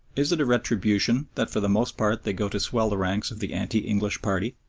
is it a retribution that for the most part they go to swell the ranks of the anti-english party?